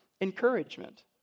encouragement